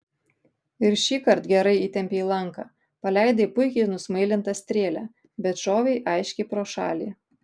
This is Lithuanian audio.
ir šįkart gerai įtempei lanką paleidai puikiai nusmailintą strėlę bet šovei aiškiai pro šalį